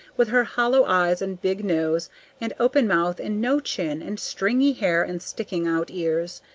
with her hollow eyes and big nose and open mouth and no chin and stringy hair and sticking-out ears.